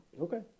Okay